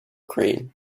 crane